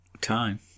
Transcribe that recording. time